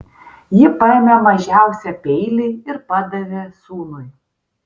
ji paėmė mažiausią peilį ir padavė sūnui